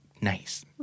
nice